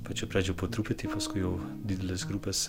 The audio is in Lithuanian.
pačių pradžių po truputį paskui jau didelės grupės